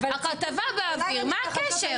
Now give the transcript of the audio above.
הכתבה באוויר, מה הקשר?